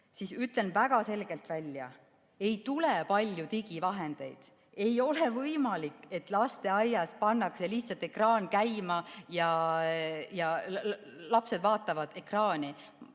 Ma ütlen väga selgelt välja: ei tule palju digivahendeid. Ei ole võimalik, et lasteaias pannakse lihtsalt ekraan käima ja lapsed vaatavad ekraani.